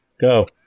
Go